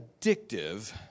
addictive